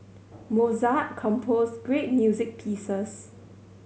Mozart composed great music pieces